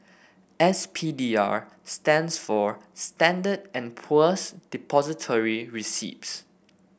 S P D R stands for Standard and Poor's Depository Receipts